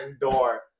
door